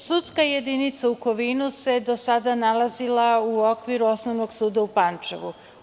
Sudska jedinica u Kovinu se do sada nalazila u okviru Osnovnog suda u Pančevu.